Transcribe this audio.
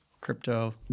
crypto